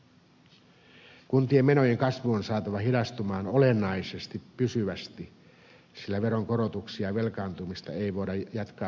kun tien menojen kasvu on saatava hidastumaan olennaisesti pysyvästi sillä veronkorotuksia ja velkaantumista ei voida jatkaa loputtomiin